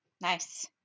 Nice